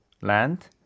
land